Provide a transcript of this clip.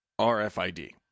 RFID